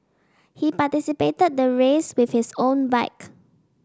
he participated the race with his own bike